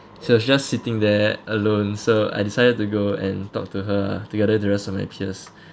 she was just sitting there alone so I decided to go and talk to her ah together the rest of my peers